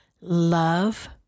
Love